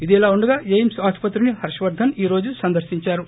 ఇదిలా ఉండగా ఎయిమ్స్ ఆసుపత్రిని హర్వవర్దన్ ఈ రోజు సందర్పించారు